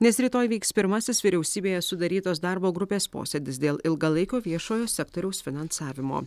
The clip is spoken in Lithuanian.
nes rytoj vyks pirmasis vyriausybėje sudarytos darbo grupės posėdis dėl ilgalaikio viešojo sektoriaus finansavimo